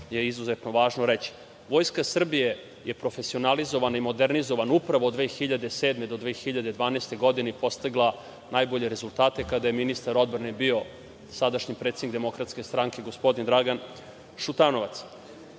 je izuzetno važno reći. Vojska Srbije je profesionalizovana i modernizovana upravo od 2007. do 2012. godine i postigla najbolje rezultate kada je ministar odbrane bio sadašnji predsednik Demokratske stranke gospodin Dragan Šutanovac.